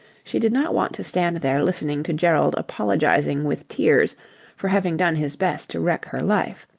she did not want to stand there listening to gerald apologizing with tears for having done his best to wreck her life.